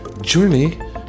journey